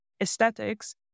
aesthetics